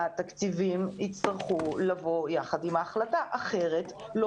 שהתקציבים יצטרכו לבוא יחד עם ההחלטה אחרת לא